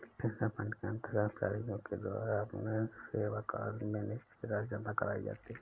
pension fund के अंतर्गत कर्मचारियों के द्वारा अपने सेवाकाल में निश्चित राशि जमा कराई जाती है